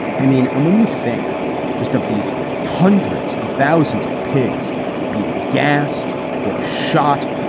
i mean, and when you think just of these hundreds of thousands of pigs being gassed or shot,